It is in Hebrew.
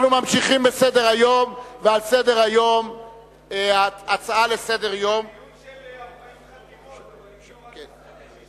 זה דיון של 40 חתימות, אבל רק,